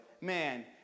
man